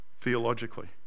theologically